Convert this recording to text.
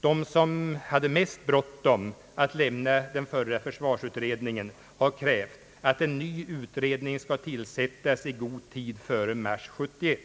De som hade mest bråttom att lämna den förra försvarsutredningen har krävt att en ny utredning skall tillsättas i god tid före mars 1971.